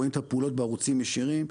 רואים את הפעולות בערוצים ישירים,